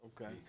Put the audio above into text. okay